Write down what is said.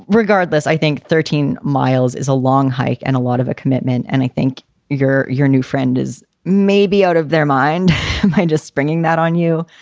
regardless, i think thirteen miles is a long hike and a lot of a commitment and anything. think your your new friend is maybe out of their mind mind just springing that on you.